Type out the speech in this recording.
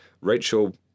Rachel